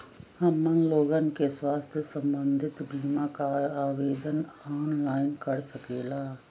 हमन लोगन के स्वास्थ्य संबंधित बिमा का आवेदन ऑनलाइन कर सकेला?